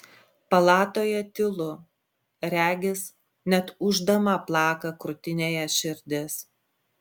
palatoje tylu regis net ūždama plaka krūtinėje širdis